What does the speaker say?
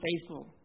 faithful